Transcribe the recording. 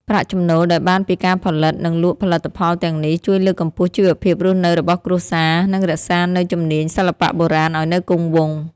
ប្រាក់ចំណូលដែលបានពីការផលិត និងលក់ផលិតផលទាំងនេះ ជួយលើកកម្ពស់ជីវភាពរស់នៅរបស់គ្រួសារ និងរក្សានូវជំនាញសិល្បៈបុរាណឱ្យនៅគង់វង្ស។